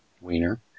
Wiener